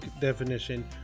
definition